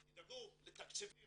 תדאגו לתקציבי